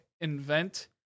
invent